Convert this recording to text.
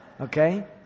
Okay